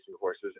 horses